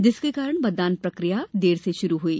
जिसके कारण मतदान प्रकिया देर से शुरू हुई